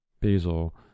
Basil